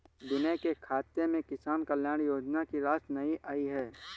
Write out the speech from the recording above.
विनय के खाते में किसान कल्याण योजना की राशि नहीं आई है